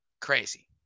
crazy